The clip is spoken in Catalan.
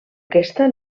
aquesta